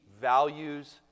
values